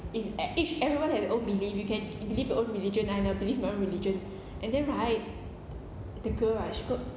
is at each everyone has their own belief you can believe your own religion and I believe my own religion and then right the girl ah she got